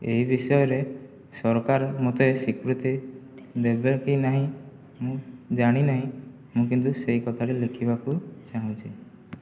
ଏହି ବିଷୟରେ ସରକାର ମୋତେ ସ୍ୱୀକୃତି ଦେବେ କି ନାହିଁ ମୁଁ ଜାଣିନାହିଁ ମୁଁ କିନ୍ତୁ ସେହି କଥାଟି ଲେଖିବାକୁ ଚାହୁଁଛି